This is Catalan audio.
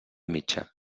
mitja